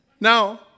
Now